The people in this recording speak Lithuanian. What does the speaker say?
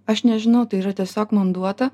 aš nežinau tai yra tiesiog man duota